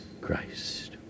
Christ